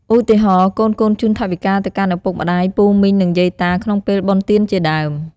ឧទាហរណ៍៍ កូនៗជូនថវិកាទៅកាន់ឪពុកម្ដាយ ពូមីង និង យាយតាក្នុងពេលបុណ្យទានជាដើម។